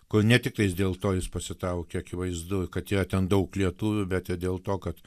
kur ne tik tais dėl to jis pasitraukė akivaizdu kad ėjo ten daug lietuvių bet ir dėl to kad